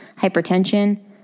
hypertension